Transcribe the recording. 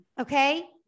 okay